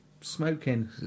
smoking